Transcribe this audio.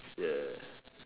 ya